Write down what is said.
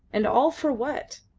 and all for what?